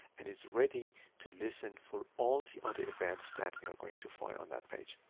and is ready to listen for all the other events that we are going to fire on that page.